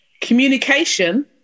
Communication